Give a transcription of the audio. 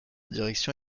direction